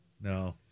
No